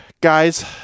guys